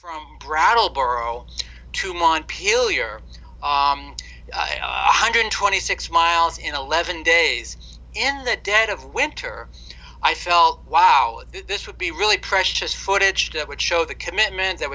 from brattleboro to montpelier hundred twenty six miles in eleven days in that dead of winter i felt wow this would be really precious footage that would show the commitment that